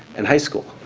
and high school.